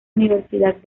universidad